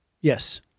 Yes